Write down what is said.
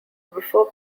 before